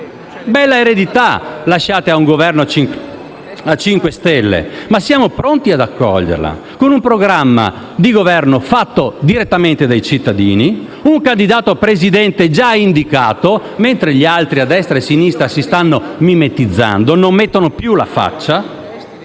Bell'eredità lasciate a un Governo a cinque stelle, ma siamo pronti ad accoglierla, con un programma di Governo fatto direttamente dai cittadini, un candidato Presidente già indicato - mentre gli altri a destra e sinistra si stanno mimetizzando, senza metterci più la faccia